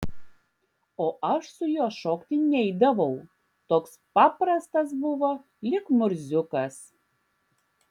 o aš su juo šokti neidavau toks paprastas buvo lyg murziukas